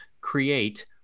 create